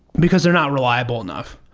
because they're not reliable enough.